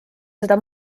seda